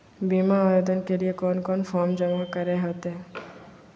बीमा आवेदन के लिए कोन कोन फॉर्म जमा करें होते